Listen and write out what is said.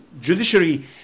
judiciary